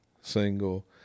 single